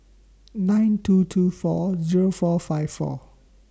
nine two two four Zero four five four